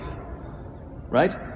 right